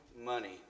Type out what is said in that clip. money